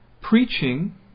preaching